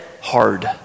hard